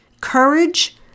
Courage